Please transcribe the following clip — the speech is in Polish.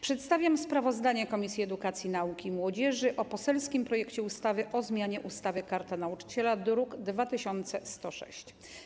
Przedstawiam sprawozdanie Komisji Edukacji, Nauki i Młodzieży o poselskim projekcie ustawy o zmianie ustawy - Karta Nauczyciela, druk nr 2106.